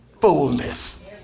fullness